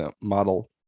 model